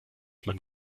man